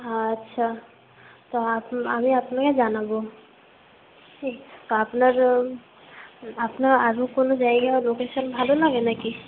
আচ্ছা তো আমি আপনাকে জানাবো আপনার আপনার আরো কোনো জায়গা লোকেশান ভালো লাগে নাকি